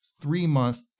three-month